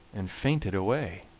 and fainted away.